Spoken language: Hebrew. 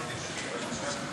שערורייה.